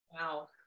wow